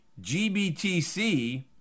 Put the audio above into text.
GBTC